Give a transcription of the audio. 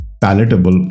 palatable